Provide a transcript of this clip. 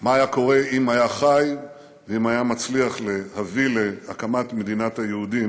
מה היה קורה אם היה חי ואם היה מצליח להביא להקמת מדינת היהודים